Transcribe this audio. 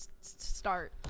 start